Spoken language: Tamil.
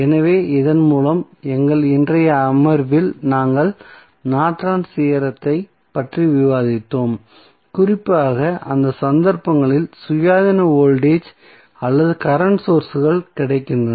எனவே இதன் மூலம் எங்கள் இன்றைய அமர்வில் நாங்கள் நார்டன்ஸ் தியோரத்தைப் பற்றி விவாதித்தோம் குறிப்பாக அந்த சந்தர்ப்பங்களில் சுயாதீன வோல்டேஜ் அல்லது கரண்ட் சோர்ஸ்கள் கிடைக்கின்றன